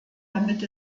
damit